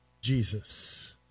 Jesus